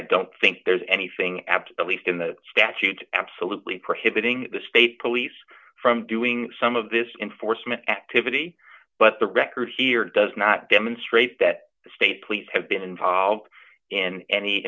i don't think there's anything at least in the statute absolutely prohibiting the state police from doing some of this in forstmann activity but the record here does not demonstrate that the state police have been involved in any